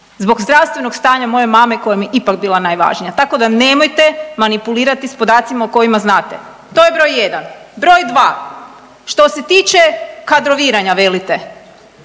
zbog zdravstvenog stanja moje mame koja mi je ipak bila najvažnija. Tako da nemojte manipulirati sa podacima o kojima znate. To je broj jedan. Broj dva, što se tiče kadroviranja velite